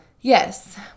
Yes